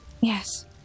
Yes